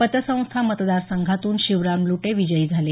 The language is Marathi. पतसंस्था मतदार संघातून शिवराम लुटे विजयी झाले